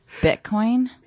Bitcoin